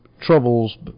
troubles